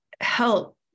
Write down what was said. help